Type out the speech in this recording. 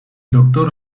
doctor